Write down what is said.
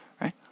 right